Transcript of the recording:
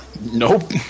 Nope